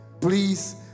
please